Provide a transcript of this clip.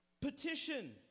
Petition